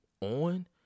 on